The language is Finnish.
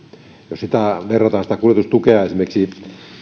jos verrataan sitä kuljetustukea esimerkiksi